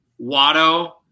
Watto